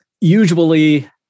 usually